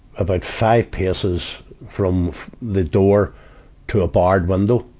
about five paces from the door to a barred window.